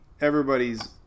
everybody's